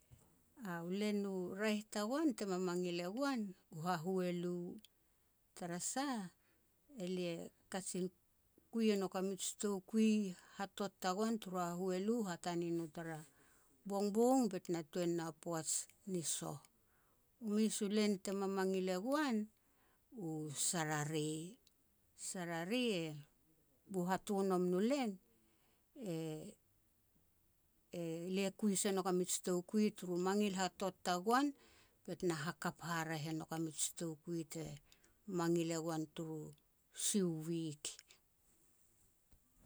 U len u raeh tagoan te mamangil e goan, u hahualu, tara sah elia kajin kui e nouk a mij toukui hatot tagoan tur hahualu hatane no tara bongbong bet na tuan na poaj ni soh. Mes u len te mamangil e gon, u Sarare. Sarare bu hatonom nu len, le kui se nouk a mij toukui turu mangil hatot tagoan, bet na hakap haraeh e nouk a mij toukui te mangil e goan turu sia u wik